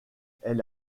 elle